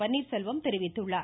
பன்னீர்செல்வம் தெரிவித்துள்ளார்